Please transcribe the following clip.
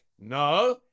No